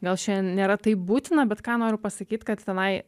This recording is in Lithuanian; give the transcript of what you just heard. gal šiandien nėra taip būtina bet ką noriu pasakyt kad tenai